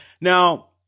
Now